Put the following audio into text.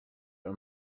are